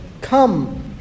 Come